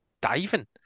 diving